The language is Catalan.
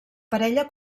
parella